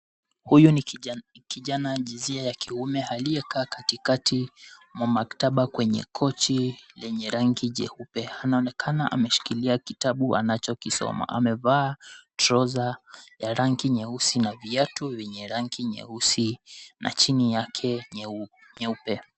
Huyu ni kijana jinsia ya kiume aliyekaa katikati ya makataba kwenye cochi lenye rangi jeupe anaonekana ameshikilia kitabu anachokisoma. Amevaa trouser ya rangi nyeusi na viatu venye rangi nyeusi na chini yake nyeupe.